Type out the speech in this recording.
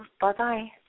Bye-bye